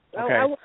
Okay